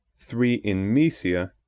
three in maesia,